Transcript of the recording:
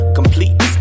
complete